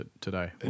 today